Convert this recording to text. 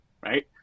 Right